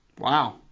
Wow